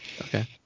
Okay